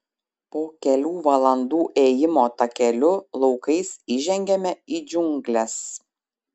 po kelių valandų ėjimo takeliu laukais įžengiame į džiungles